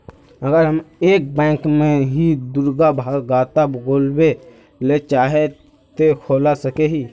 अगर हम एक बैंक में ही दुगो खाता खोलबे ले चाहे है ते खोला सके हिये?